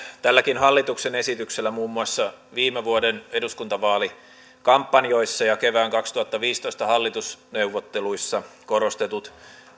tälläkin hallituksen esityksellä muun muassa viime vuoden eduskuntavaalikampanjoissa ja kevään kaksituhattaviisitoista hallitusneuvotteluissa korostetut